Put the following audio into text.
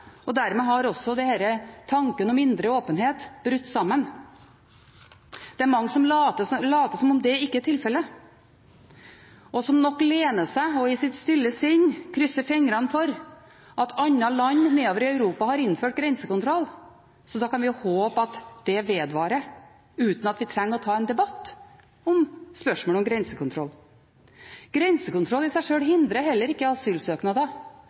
Dermed har også tanken om indre åpenhet brutt sammen. Det er mange som later som om det ikke er tilfellet, og som nok lener seg på – og i sitt stille sinn har krysset fingrene for – at andre land nedover i Europa har innført grensekontroll, så da kan vi håpe at det vedvarer, uten at vi trenger å ta en debatt om spørsmålet om grensekontroll. Grensekontroll i seg sjøl hindrer heller ikke asylsøknader.